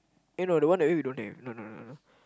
eh no the one then we don't have no no no